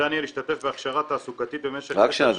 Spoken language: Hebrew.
ניתן יהיה להשתתף בהכשרה תעסוקתית במשך עשרשעות --- רק שנייה.